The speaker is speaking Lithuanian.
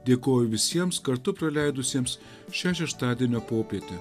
dėkoju visiems kartu praleidusiems šią šeštadienio popietę